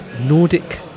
Nordic